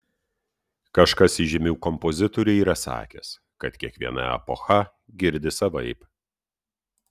kažkas iš žymių kompozitorių yra sakęs kad kiekviena epocha girdi savaip